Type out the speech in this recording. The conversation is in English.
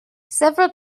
several